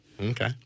Okay